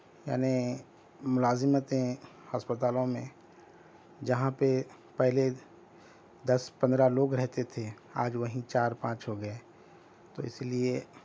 یعنی ملازمتیں اسپتالوں میں جہاں پہ پہلے دس پندرہ لوگ رہتے تھے آج وہیں چار پانچ ہو گئے تو اس لئے